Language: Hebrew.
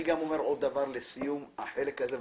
אני אומר עוד דבר לסיום החלק הזה,